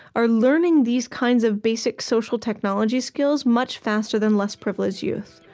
are learning these kinds of basic social technology skills much faster than less privileged youth.